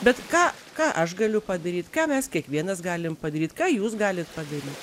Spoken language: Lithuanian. bet ką ką aš galiu padaryt ką mes kiekvienas galim padaryt ką jūs galit padaryt